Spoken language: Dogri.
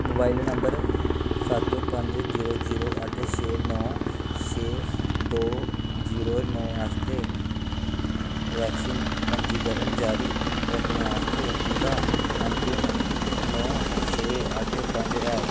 मोबाइल नंबर सत्त पंज जीरो जीरो अट्ठ छे नौ छे दो जीरो नौ आस्तै वैक्सीन पंजीकरण जारी रक्खने आस्तै तुं'दा ऐम्म पिन नौ छे अट्ठ पंज ऐ